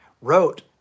wrote